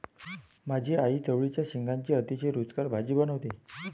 माझी आई चवळीच्या शेंगांची अतिशय रुचकर भाजी बनवते